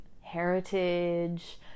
heritage